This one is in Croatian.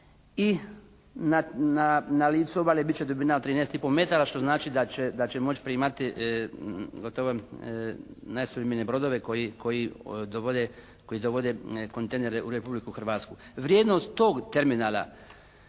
i na licu obale bit će dubina od 13 i pol metara što znači da će moći primati gotovo nasuvremenije brodove koji dovode kontejnere u Republiku Hrvatsku. Vrijednost tog terminala,